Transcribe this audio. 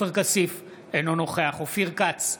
אינו נוכח אופיר כץ,